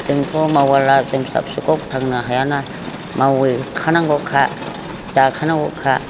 जोंथ' मावाब्ला जों फिसा फिसौखौ फोथांनो हायाना मावहैखानांगौखा जाखानांगौखा